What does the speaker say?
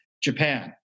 Japan